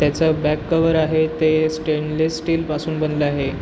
त्याचं back cover आहे ते स्टेनलेस स्टीलपासून बनलं आहे